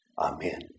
Amen